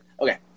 Okay